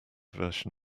version